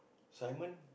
Simon